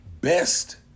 best